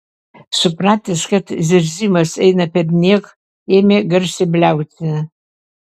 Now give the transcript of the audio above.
supratęs kad zirzimas eina perniek ėmė garsiai bliauti